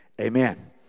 Amen